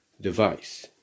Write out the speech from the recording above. device